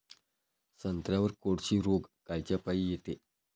संत्र्यावर कोळशी रोग कायच्यापाई येते?